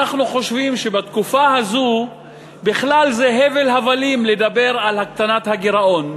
אנחנו חושבים שבתקופה הזאת בכלל זה הבל הבלים לדבר על הקטנת הגירעון.